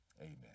amen